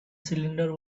cylinder